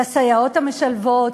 לסייעות המשלבות,